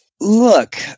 Look